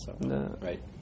Right